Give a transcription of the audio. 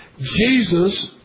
Jesus